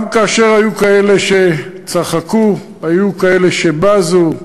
גם כאשר היו כאלה שצחקו, היו כאלה שבזו,